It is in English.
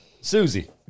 Susie